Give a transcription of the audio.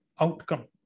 outcome